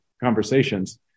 conversations